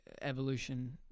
evolution